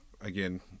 again